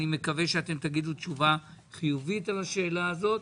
אני מקווה שאתם תגידו תשובה חיובית על השאלה הזאת.